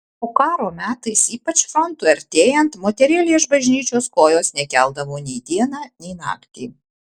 o karo metais ypač frontui artėjant moterėlė iš bažnyčios kojos nekeldavo nei dieną nei naktį